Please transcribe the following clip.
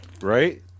Right